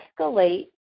escalate